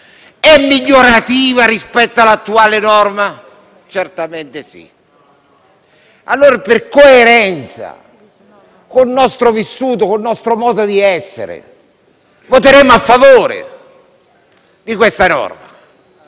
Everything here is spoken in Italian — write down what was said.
è migliorativa rispetto all'attuale norma? Certamente sì. Allora, per coerenza con il nostro vissuto e con il nostro modo di essere, voteremo a favore di questa norma,